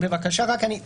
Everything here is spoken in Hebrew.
בבקשה, תן לי.